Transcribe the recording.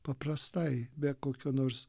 paprastai be kokio nors